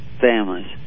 families